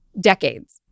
decades